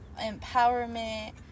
empowerment